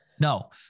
No